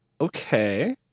Okay